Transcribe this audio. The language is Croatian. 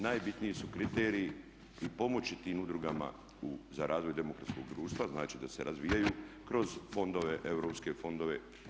Najbitniji su kriteriji i pomoći tim udrugama za razvoj demokratskog društva, znači da se razvijaju kroz fondove, europske fondove.